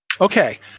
Okay